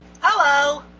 Hello